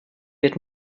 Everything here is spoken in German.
wird